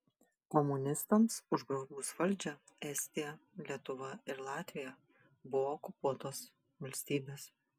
komunistams užgrobus valdžią estija lietuva ir latvija buvo okupuotos valstybės